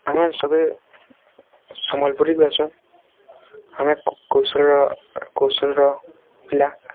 ଆମେ ସବେ ସମ୍ୱଲପୁରୀ ବାସୁ ଆମେ କୌଶଳ କୌଶଳର ପିଲା